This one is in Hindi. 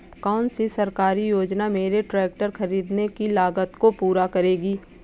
कौन सी सरकारी योजना मेरे ट्रैक्टर ख़रीदने की लागत को पूरा करेगी?